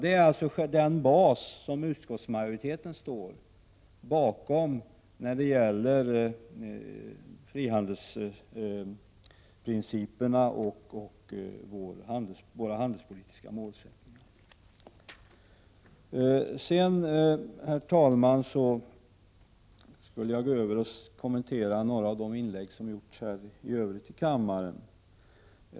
Det är alltså denna bas som utskottsmajoriteten står på när det gäller frihandelsprinciperna och våra handelspolitiska målsättningar. Sedan, herr talman, skulle jag vilja gå över och kommentera några av de inlägg som gjorts i debatten.